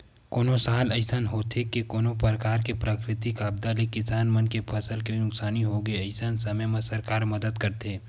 कोनो साल अइसन होथे के कोनो परकार ले प्राकृतिक आपदा ले किसान मन के फसल के नुकसानी होगे अइसन समे म सरकार मदद करथे